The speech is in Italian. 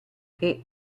che